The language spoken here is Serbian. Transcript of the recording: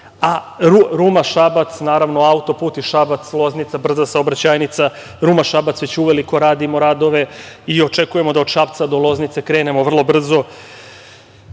Ruma-Šabac, naravno, autoput Šabac-Loznica, brza saobraćajnica, Ruma-Šabac, već uveliko radimo radove i očekujemo da od Šapca do Loznice krenemo vrlo brzo,